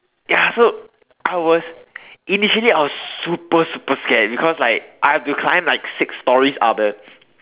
ya so I was initially I was super super scared because like I have to climb like six storeys up